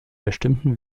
bestimmten